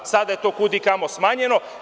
Sada je to kud i kamo smanjeno.